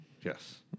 Yes